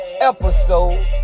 episode